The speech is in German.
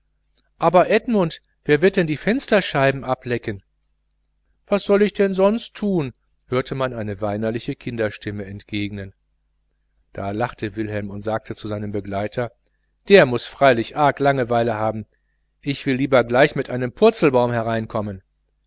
aber edmund wer wird denn die fensterscheiben ablecken was soll ich denn sonst tun hörte man eine weinerliche kinderstimme entgegnen da lachte wilhelm und sagte zu seinem begleiter der muß freilich arg langeweile haben ich will lieber gleich mit einem purzelbaum herein